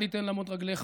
אל יתן לַמּוֹט רגלך